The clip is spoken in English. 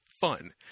fun